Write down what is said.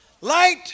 Light